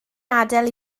adael